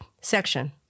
section